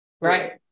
Right